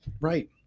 Right